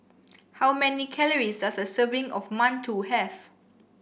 how many calories does a serving of Mantou have